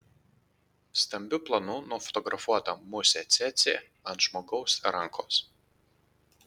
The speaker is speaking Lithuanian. stambiu planu nufotografuota musė cėcė ant žmogaus rankos